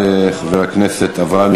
רבה.